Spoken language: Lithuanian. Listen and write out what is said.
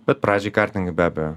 bet pradžiai kartingai be abejo